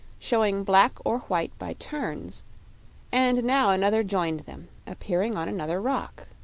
showing black or white by turns and now another joined them, appearing on another rock.